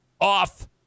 off